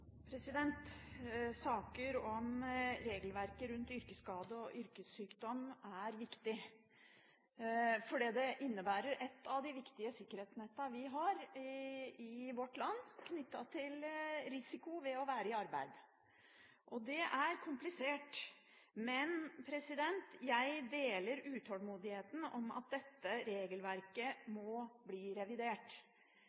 Saker om regelverket rundt yrkesskade og yrkessykdom er viktige fordi det omhandler et av de viktige sikkerhetsnettene vi har i vårt land knyttet til risiko ved å være i arbeid. Det er komplisert. Men jeg deler utålmodigheten etter å få dette regelverket